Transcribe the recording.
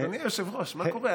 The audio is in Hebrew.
אדוני היושב-ראש, מה קורה?